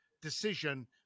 decision